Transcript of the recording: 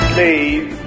Please